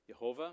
Yehovah